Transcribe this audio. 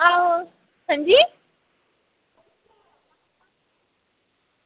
आहो हां जी